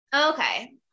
Okay